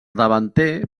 davanter